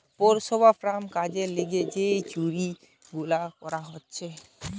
পৌরসভার কাম কাজের লিগে যে চুক্তি গুলা সই করে